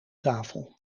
tafel